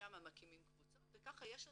ששם מקימים קבוצות וכך יש לנו,